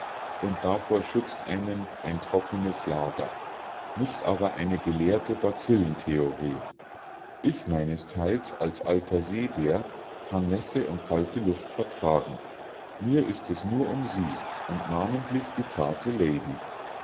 und davor schützt einen ein trockenes lager nicht aber eine gelehrte bazillentheorie ich meinesteils als alter seebär kann nässe und kalte luft vertragen mir ist es nur um sie und namentlich die zarte lady